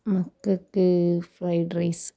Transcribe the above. മക്കൾക്ക് ഫ്രൈഡ്രൈസ്